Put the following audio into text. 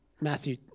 Matthew